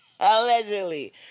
allegedly